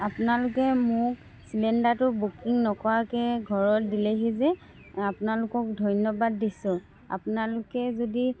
আপোনালোকে মোক চিলেণ্ডাৰটো বুকিং নকৰাকাকৈ ঘৰত দিলেহি যে আপোনালোকক ধন্যবাদ দিছোঁ আপোনালোকে যদি